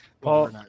Paul